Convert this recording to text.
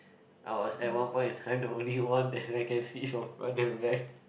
I was at one point I'm the only one that I can see from front and back